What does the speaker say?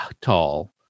tall